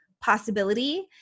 possibility